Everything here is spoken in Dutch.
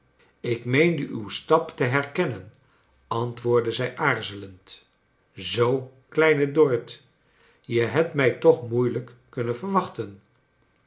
ik meende uw stap te herkennen antwoordde zij aarzelend zoo kleine dorrit je hebt mij toch moeilijk kunnen verwacbten